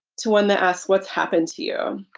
to one that asks what's happened to you?